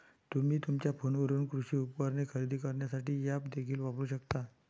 तुम्ही तुमच्या फोनवरून कृषी उपकरणे खरेदी करण्यासाठी ऐप्स देखील वापरू शकता